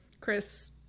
Chris